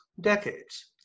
decades